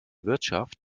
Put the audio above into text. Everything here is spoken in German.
wirtschaft